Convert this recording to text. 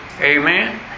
Amen